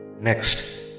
Next